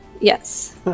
Yes